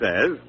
says